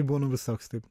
būnu visoks taip